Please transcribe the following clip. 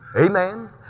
Amen